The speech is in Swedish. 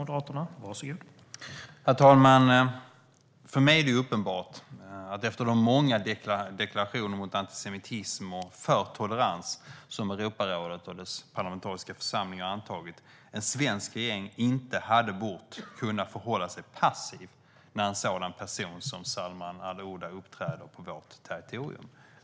Herr talman! För mig är det uppenbart att en svensk regering, efter de många deklarationer mot antisemitism och för tolerans som Europarådet och dess parlamentariska församling har antagit, inte borde ha kunnat förhålla sig passiv när en sådan person som Salman al-Ouda uppträder på vårt territorium.